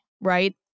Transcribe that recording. right